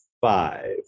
five